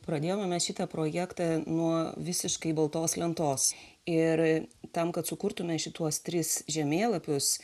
pradėjome mes šitą projektą nuo visiškai baltos lentos ir tam kad sukurtume šituos tris žemėlapius